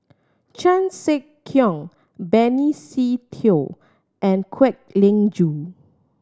Chan Sek Keong Benny Se Teo and Kwek Leng Joo